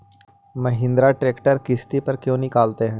Mahindra tractor किसति पर क्यों निकालते हैं?